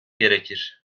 gerekir